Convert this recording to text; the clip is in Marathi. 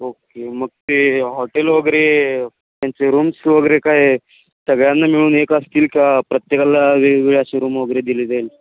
ओके मग ते हॉटेल वगैरे त्यांचे रूम्स वगैरे काय सगळ्यांना मिळून एक असतील का प्रत्येकाला वेगवेगळे असे रूम वगैरे दिली जाईल